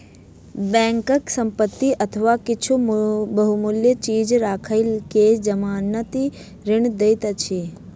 bank संपत्ति अथवा किछ बहुमूल्य चीज राइख के जमानती ऋण दैत अछि